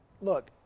look